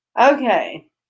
Okay